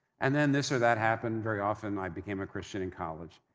and then, this or that happened, very often, i became a christian in college.